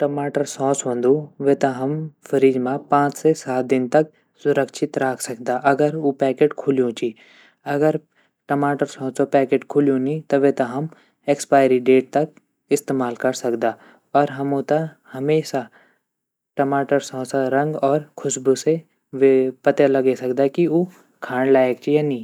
जू टमाटर सॉस वंदु वेता हम फ्रिज म पाँच से सात दिन तक सुरक्षित राख सकदा अगर ऊ पैकेट खुल्लयूँ ची अगर टमाटर सॉसो पैकेट खुल्लयूँ नी त वेता हम एक्सपैरी डेट तक इस्तेमाल कर सकदा और हमू त हमेशा टमाटर सॉसा रंग और खुस्बू से वे पता लगे सकदा की ऊ खाण लायक़ ची या नी।